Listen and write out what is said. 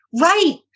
right